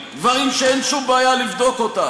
מה שאומרים חברי הכנסת מהרשימה המשותפת זה לא